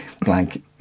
blank